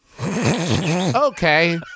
Okay